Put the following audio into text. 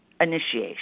initiation